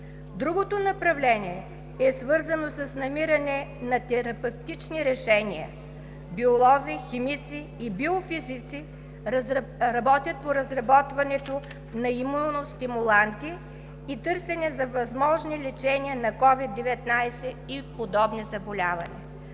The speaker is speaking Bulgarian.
Другото направление е свързано с намиране на терапевтични решения – биолози, химици и биофизици работят по разработването на имуностимуланти и търсене на възможни лечения на COVID-19 и подобни заболявания.